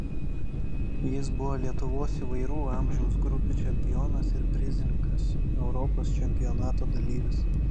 jis buvo lietuvos įvairių amžiaus grupių čempionas ir prizininkas europos čempionato dalyvis